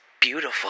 beautiful